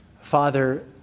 Father